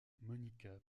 monika